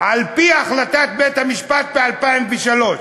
על-פי החלטת בית-המשפט ב-2003,